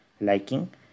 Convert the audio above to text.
liking